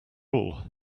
all